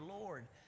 Lord